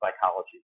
psychology